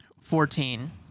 Fourteen